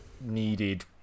needed